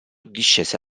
discese